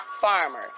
Farmer